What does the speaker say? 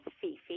Fifi